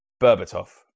Berbatov